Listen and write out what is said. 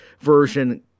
version